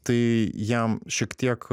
tai jam šiek tiek